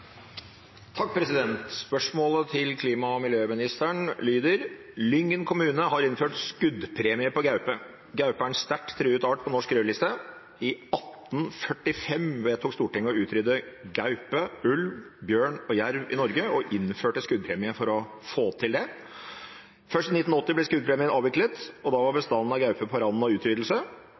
byen. Dette spørsmålet er utsatt til neste spørretime, da statsråden er bortreist. «Lyngen kommune har innført skuddpremie på gaupe. Gaupe er en sterkt truet art på norsk rødliste. I 1845 vedtok Stortinget å utrydde gaupe, ulv, bjørn og jerv, og innførte derfor skuddpremie på rovdyrene. Først i 1980 ble skuddpremien avviklet, da var bestanden på randen av